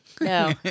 No